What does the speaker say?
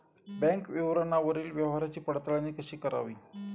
Bank विवरणावरील व्यवहाराची पडताळणी कशी करावी?